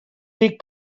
tic